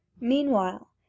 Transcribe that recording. Meanwhile